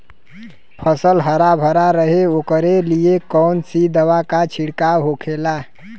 फसल हरा भरा रहे वोकरे लिए कौन सी दवा का छिड़काव होखेला?